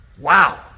Wow